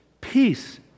Peace